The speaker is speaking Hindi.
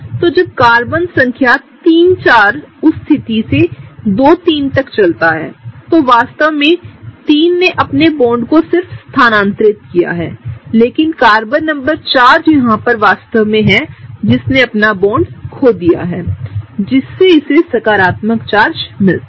तो जब कार्बन संख्या34 उस स्थिति से 2 से 3 तक चलती है3 वास्तव में सिर्फ अपने एक बॉन्ड को स्थानांतरित कर रहा है लेकिन कार्बन 4 यहां वास्तव में एक बॉन्ड खो देता है जिससे सकारात्मक चार्ज मिलता है